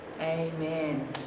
Amen